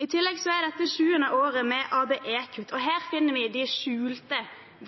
I tillegg er dette det sjuende året med ABE-kutt, og her finner vi de skjulte